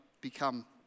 become